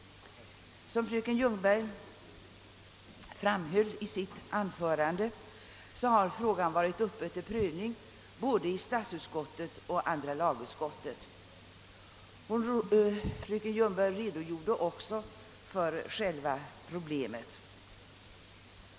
Som fröken Ljungberg framhöll i sitt anförande har spörsmålet varit uppe till prövning både i statsutskottet och i andra lagutskottet. Fröken Ljungberg redogjorde också för själva problemet.